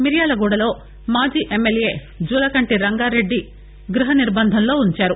మిర్యాలగూడలో మాజీ ఎమ్మెల్యే జులకంటి రంగారెడ్డి గృహ నిర్బంధంలో ఉంచారు